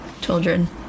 children